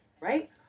Right